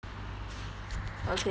okay